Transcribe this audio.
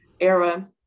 era